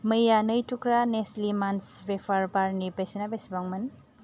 मैया नै थुख्रा नेस्ले मान्च वेफार बारनि बेसेना बेसेबांमोन